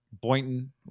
boynton